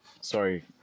Sorry